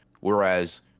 Whereas